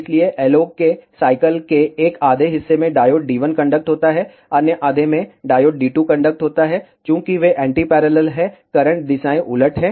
इसलिए LO के cycle के एक आधे हिस्से में डायोड D1 कंडक्ट होता है अन्य आधे में डायोड D2 कंडक्ट होता है और चूंकि वे एंटी पैरेलल हैं करंट दिशाएं उलट हैं